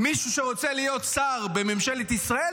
מישהו שרוצה להיות שר בממשלת ישראל,